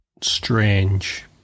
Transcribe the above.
strange